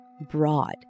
Broad